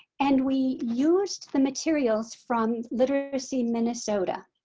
and we used the materials from literacy minnesota.